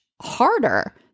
harder